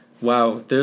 Wow